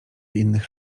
innych